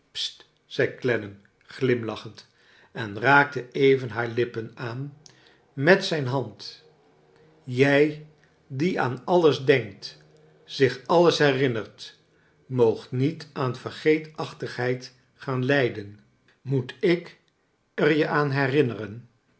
zei clennam glimlachend en raakte even haar lippen aan met zijn hand jij die aan alles denkt zich alles herinnert moogt niet aan vergeetachtigheid gaan lijden moet ik er je aan